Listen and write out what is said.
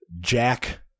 Jack